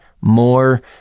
more